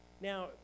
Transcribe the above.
Now